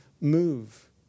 move